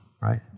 right